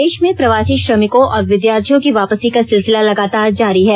प्रदेष में प्रवासी श्रमिकों और विद्यार्थियों की वापसी का सिलसिला लगातार जारी है